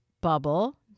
bubble